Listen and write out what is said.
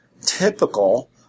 typical